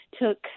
took